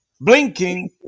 blinking